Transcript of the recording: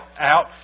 out